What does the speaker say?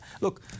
look